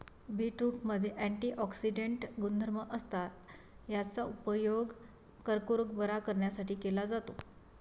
बीटरूटमध्ये अँटिऑक्सिडेंट गुणधर्म असतात, याचा उपयोग कर्करोग बरा करण्यासाठी केला जातो